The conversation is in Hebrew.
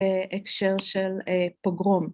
‫הקשר של פוגרום.